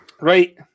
Right